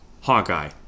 Hawkeye